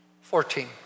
Fourteen